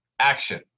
action